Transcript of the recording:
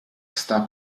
sta